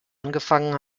angefangen